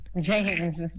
James